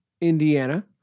Indiana